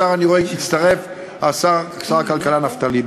שהתקבלה ביחד עם החברה להשבת נכסי הנספים,